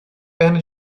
perna